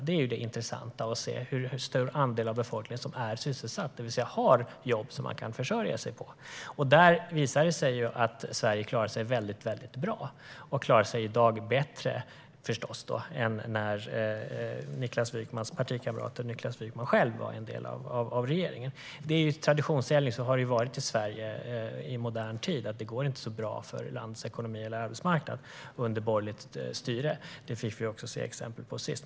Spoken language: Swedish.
Det är det som är intressant att se - hur stor andel av befolkningen som är sysselsatt, det vill säga har jobb som man kan försörja sig på. Där visar det sig att Sverige klarar sig väldigt bra, och i dag klarar sig Sverige förstås bättre än när Niklas Wykmans partikamrater och Niklas Wykman själv var en del av regeringen. Traditionsenligt har det varit så i Sverige i modern tid: Det går inte så bra för landets ekonomi eller arbetsmarknad under borgerligt styre. Det fick vi se exempel på också senast.